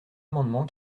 amendement